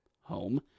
home